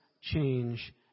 change